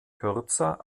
kürzer